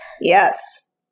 Yes